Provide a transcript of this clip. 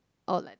oh like that